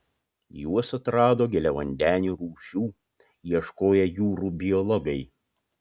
juos atrado giliavandenių rūšių ieškoję jūrų biologai